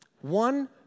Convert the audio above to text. one